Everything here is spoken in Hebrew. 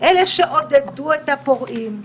אלה שעודדו את הפורעים,